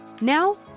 Now